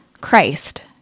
Christ